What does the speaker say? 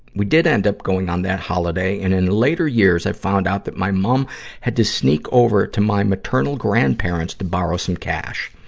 we did end up going on the holiday, and in later years i found out that my mum had to sneak over to my maternal grandparents to borrow some cash.